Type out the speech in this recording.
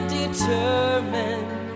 determined